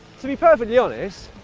to be perfectly honest,